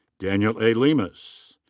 daniel a. lemus.